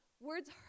words